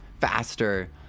faster